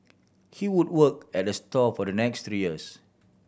he would work at the store for the next three years